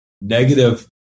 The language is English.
Negative